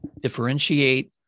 differentiate